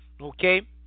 Okay